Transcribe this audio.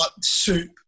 Soup